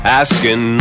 asking